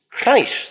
Christ